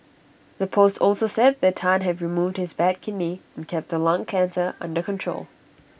the post also said that Tan had removed his bad kidney and kept the lung cancer under control